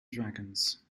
dragons